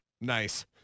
Nice